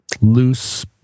loose